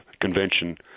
convention